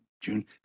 June